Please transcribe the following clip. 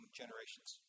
generations